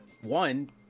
one